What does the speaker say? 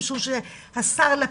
משום שהשר לפיד,